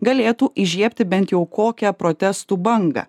galėtų įžiebti bent jau kokią protestų bangą